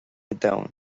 domhan